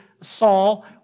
Saul